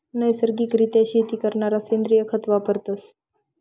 नैसर्गिक रित्या शेती करणारा सेंद्रिय खत वापरतस